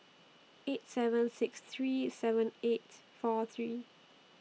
eight seven six three seven eight four three